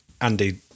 Andy